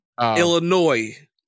Illinois